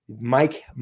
Mike